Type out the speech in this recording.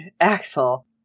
Axel